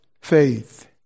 faith